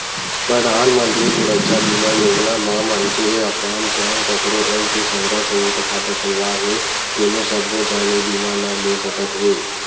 परधानमंतरी सुरक्छा बीमा योजना म मनखे अपन संग कखरो अउ के संघरा संयुक्त खाता खोलवाए हे तेनो सब्बो झन ए बीमा ल ले सकत हे